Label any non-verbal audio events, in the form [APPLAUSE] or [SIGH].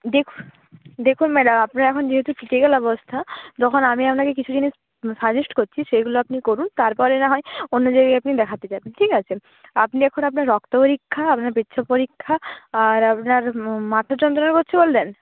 দেখুন ম্যাডাম আপনার এখন যেহেতু ক্রিটিক্যাল অবস্থা যখন আমি আপনাকে কিছু জিনিস সাজেস্ট করছি সেইগুলো আপনি করুন তারপরে না হয় অন্য জায়গায় আপনি দেখাতে যাবেন ঠিক আছে আপনি এখন আপনার রক্ত পরীক্ষা আপনার পেচ্ছাপ পরীক্ষা আর আপনার [UNINTELLIGIBLE] মাথার যন্ত্রণা করছে বললেন